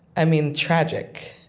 i mean, tragic.